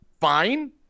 fine